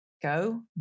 go